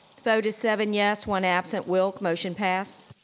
vote is seven yes, one absent, wilk, motion passed.